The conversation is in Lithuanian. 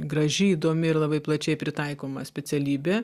graži įdomi ir labai plačiai pritaikoma specialybė